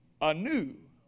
anew